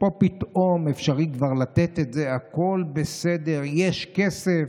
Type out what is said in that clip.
פה פתאום אפשרי כבר לתת את זה, הכול בסדר, יש כסף.